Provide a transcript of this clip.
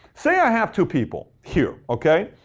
say i have two people here. okay?